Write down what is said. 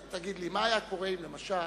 תגיד לי: מה היה קורה אם, למשל,